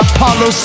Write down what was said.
Apollo